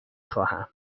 خواهم